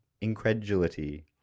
Incredulity